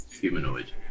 humanoid